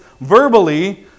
verbally